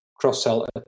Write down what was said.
cross-sell